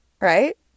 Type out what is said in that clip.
right